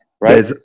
right